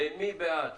ומי בעד?